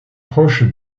proches